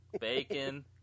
bacon